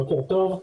בוקר טוב.